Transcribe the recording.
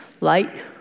light